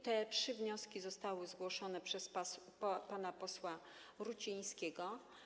Te trzy wnioski zostały zgłoszone przez pana posła Rucińskiego.